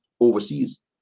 overseas